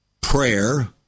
prayer